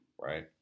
right